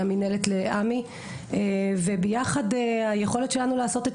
מהנהלת לעמ"י וביחד היכולת שלנו לעשות את